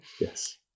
Yes